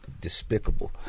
despicable